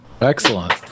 excellent